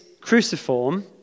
cruciform